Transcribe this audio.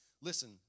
Listen